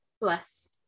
bless